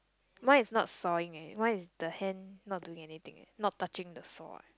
mine is not sawing eh mine is the hand not doing anything eh not touching the saw leh